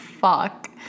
fuck